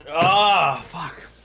ah fuck